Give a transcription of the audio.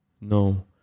No